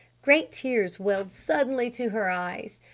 great tears welled suddenly to her eyes.